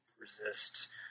resist